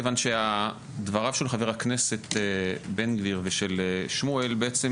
כי דבריו של חבר הכנסת בן גביר ושל שמואל בעצם